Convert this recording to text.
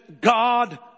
God